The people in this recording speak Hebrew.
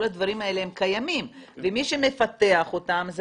כל הדברים האלה הם קיימים ומי שמפתח אותם זה